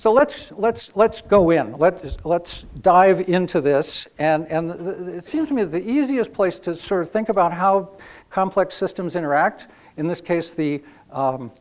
so let's let's let's go in let's just let's dive into this and that seems to me the easiest place to sort of think about how complex systems interact in this case the